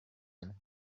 and